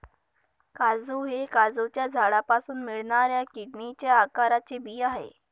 काजू हे काजूच्या झाडापासून मिळणाऱ्या किडनीच्या आकाराचे बी आहे